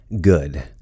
Good